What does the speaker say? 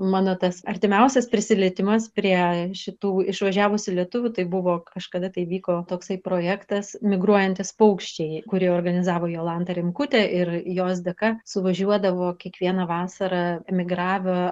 mano tas artimiausias prisilietimas prie šitų išvažiavusių lietuvių tai buvo kažkada tai vyko toksai projektas migruojantys paukščiai kurį organizavo jolanta rimkutė ir jos dėka suvažiuodavo kiekvieną vasarą emigravę